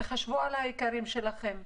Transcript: תחשבו על היקרים לכם,